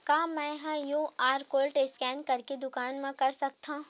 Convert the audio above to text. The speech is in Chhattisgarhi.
का मैं ह क्यू.आर कोड स्कैन करके दुकान मा कर सकथव?